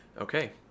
Okay